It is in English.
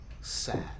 sad